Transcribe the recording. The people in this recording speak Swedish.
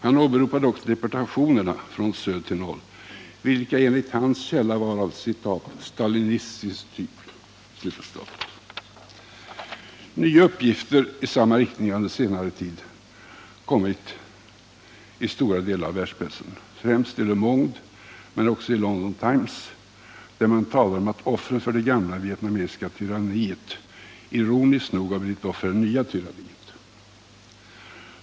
Han åberopade också deportationerna från söder till norr, vilka enligt hans källa var av ”stalinistisk typ”. Nya uppgifter i samma riktning har under senare tid förekommit i stora delar av världspressen, främst i Le Monde men också i London Times, där man talar om att offren för det gamla vietnamesiska tyranniet ironiskt nog blivit offer för det nya tyranniet.